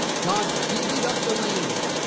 god divvied up the land.